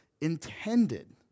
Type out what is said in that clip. intended